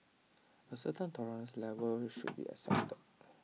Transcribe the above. A certain tolerance level should be accepted